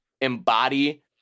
embody